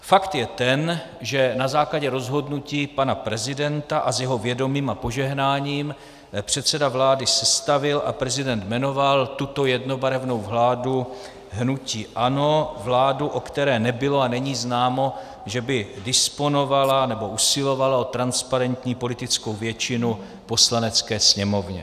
Fakt je ten, že na základě rozhodnutí pana prezidenta a s jeho vědomím a požehnáním předseda vlády sestavil a prezident jmenoval tuto jednobarevnou vládu hnutí ANO, vládu, o které nebylo a není známo, že by disponovala nebo usilovala o transparentní politickou většinu v Poslanecké sněmovně.